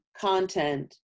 content